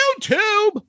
youtube